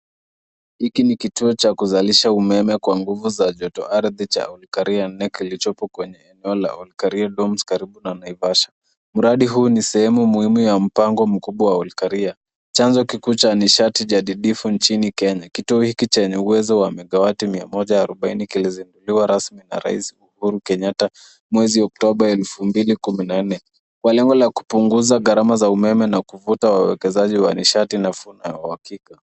Hiki ni kituo cha kuzalisha umeme kwa nguvu za jotoardhi cha Olkaria nne kilichoko kwenye eneo la Olkaria Domes karibu na Naivasha. Mradi huu ni sehemu muhimu ya mpango mkuu wa Olkaria. Chanzo kikuu cha nishati jadidifu nchini Kenya. Kituo hiki chenye uwezo wa megawati mia moja arobaini kilizinduliwa rasmi na rais Uhuru Kenyatta mwezi Oktoba 2024 kwa lengo la kupunguza gharama za umeme na kuvuta wawekezaji wa nishati nafuu na wa uhakika.